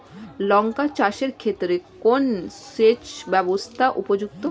লঙ্কা চাষের ক্ষেত্রে কোন সেচব্যবস্থা উপযুক্ত?